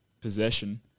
possession